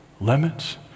limits